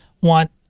want